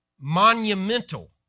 monumental